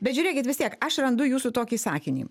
bet žiūrėkit vis tiek aš randu jūsų tokį sakinį